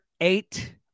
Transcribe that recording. Eight